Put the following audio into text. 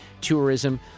tourism